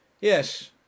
yes